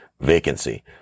vacancy